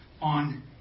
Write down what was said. on